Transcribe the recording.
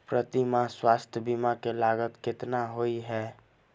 प्रति माह स्वास्थ्य बीमा केँ लागत केतना होइ है?